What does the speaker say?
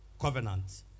covenant